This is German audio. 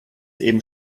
eben